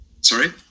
Sorry